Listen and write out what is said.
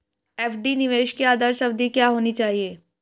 FD निवेश की आदर्श अवधि क्या होनी चाहिए?